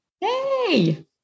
Hey